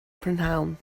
prynhawn